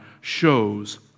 shows